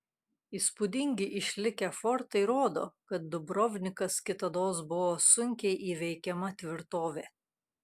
įspūdingi išlikę fortai rodo kad dubrovnikas kitados buvo sunkiai įveikiama tvirtovė